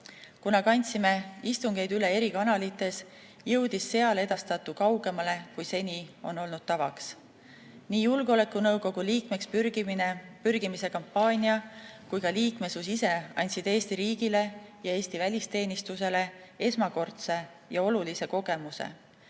Kuna kandsime istungeid üle eri kanalites, jõudis seal edastatu kaugemale, kui seni on olnud tavaks. Nii julgeolekunõukogu liikmeks pürgimise kampaania kui ka liikmesus ise andsid Eesti riigile ja Eesti välisteenistusele esmakordse ja olulise kogemuse,